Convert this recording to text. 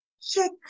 Check